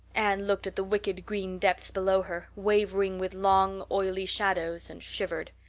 anne looked at the wicked green depths below her, wavering with long, oily shadows, and shivered.